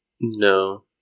No